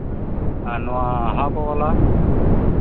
ᱟᱨ ᱱᱚᱣᱟ ᱦᱟᱯ ᱵᱟᱞᱟ